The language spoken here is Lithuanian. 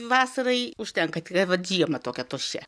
vasarai užtenka tik vat žiema tokia tuščia